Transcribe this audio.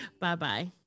Bye-bye